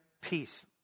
peace